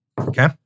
Okay